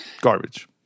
garbage